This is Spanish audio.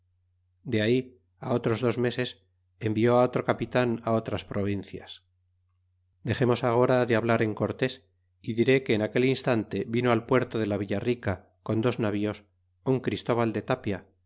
de ahí á otros det meses envió á otro capitan á otras provincias dexemos agora de hablar en cortés y diré que en aquel instante vino al puerto de la villa rica con dos navíos un christóbal de tapia